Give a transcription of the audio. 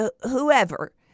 whoever